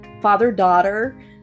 father-daughter